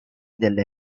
delle